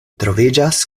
troviĝas